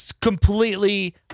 Completely